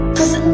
Cause